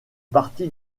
parti